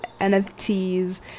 nfts